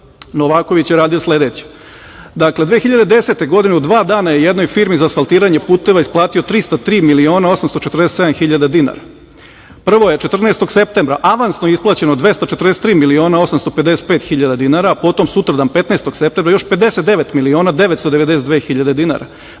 Novaković je radio sledeće. Dakle, 2010. godine u dva dana je jednoj firmi za asfaltiranje puteva isplatio 303 miliona 847 hiljade dinara, prvo je 14. septembra avansno isplaćeno 243 miliona 855 hiljade dinara, potom sutradan 15. septembra još 59 miliona 992 hiljade dinara,